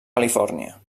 califòrnia